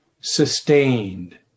sustained